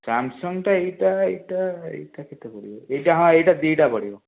Samsung ତ ଏଇଟା ଏଇଟା ଏଇଟା କେତେ ପଡ଼ିବ ଏଇଟା ହଁ ଏଇଟା ଦୁଇଟା ପଡ଼ିବ